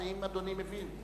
האם אדוני מבין?